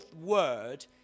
word